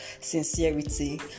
sincerity